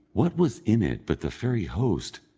what was in it but the fairy host,